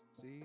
see